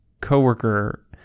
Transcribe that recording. coworker